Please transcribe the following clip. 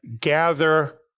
gather